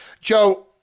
Joe